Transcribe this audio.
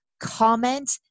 comment